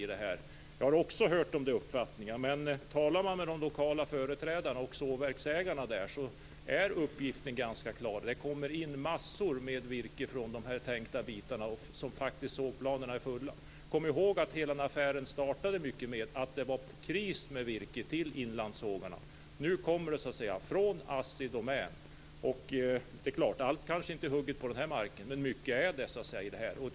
Också jag har hört de uppfattningar som det gäller, men talar man med de lokala företrädarna och sågverksägarna får man en ganska klar bild. Det kommer in massor med virke från de berörda delarna, vilket gör att sågbladen hålls i gång. Kom ihåg att hela affären i mycket startades med anledning att det var kris i virkesförsörjningen till inlandssågarna. Nu kommer det virke från Assi Domän. Allt är kanske inte hugget på den här marken, men mycket kommer därifrån.